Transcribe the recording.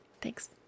Thanks